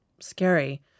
Scary